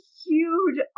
huge